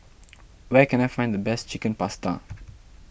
where can I find the best Chicken Pasta